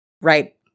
Right